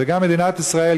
וגם מדינת ישראל,